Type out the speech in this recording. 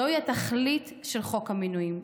זאת התכלית של חוק המינויים,